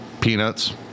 peanuts